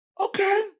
okay